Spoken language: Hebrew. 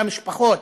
למשפחות,